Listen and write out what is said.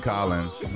Collins